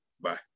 Bye